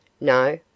No